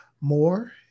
more